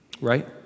right